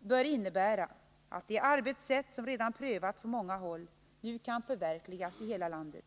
bör innebära att det arbetssätt som redan prövats på många håll nu kan förverkligas i hela landet.